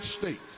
States